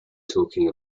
talking